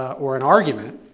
or an argument,